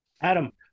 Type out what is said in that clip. Adam